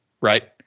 Right